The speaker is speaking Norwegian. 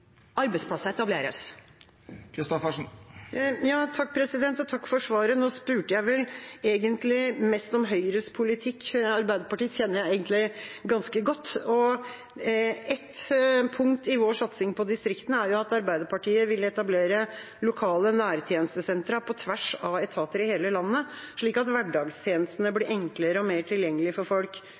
arbeidsplasser etableres. Takk for svaret. Nå spurte jeg vel mest om Høyres politikk. Arbeiderpartiets politikk kjenner jeg egentlig ganske godt. Ett punkt i vår satsing på distriktene er at Arbeiderpartiet vil etablere lokale nærtjenestesentre på tvers av etater i hele landet, slik at hverdagstjenestene blir enklere og mer tilgjengelige for folk.